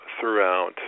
throughout